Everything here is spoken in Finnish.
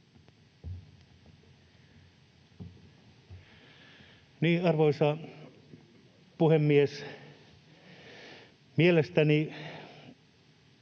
arvoisa puhemies! Mielestäni